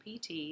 PT